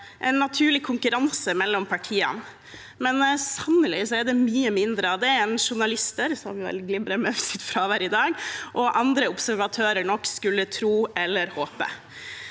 en naturlig konkurranse mellom partiene, men sannelig er det mye mindre av det enn journalister – som glimrer med sitt fravær i dag – og andre observatører nok skulle tro eller håpe.